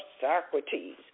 Socrates